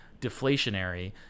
deflationary